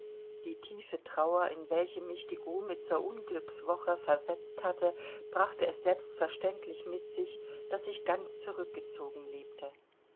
die tiefe trauer in welche mich die grumitzer unglückswoche versetzt hatte brachte es selbstverständlich mit sich daß ich ganz zurückgezogen lebte